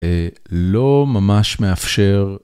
לא ממש מאפשר.